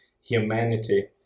humanity